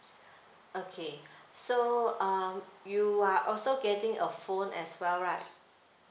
okay so um you are also getting a phone as well right